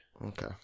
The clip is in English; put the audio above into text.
Okay